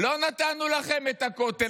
לא נתנו לכם את הכותל.